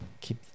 keep